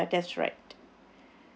ya ya that's right